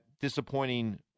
disappointing